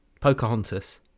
Pocahontas